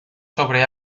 sobre